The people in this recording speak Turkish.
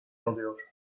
alıyor